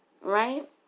Right